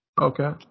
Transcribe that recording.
Okay